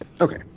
Okay